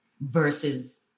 versus